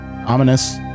ominous